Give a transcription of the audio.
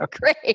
Great